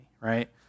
right